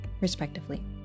respectively